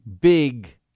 big